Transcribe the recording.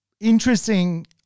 interesting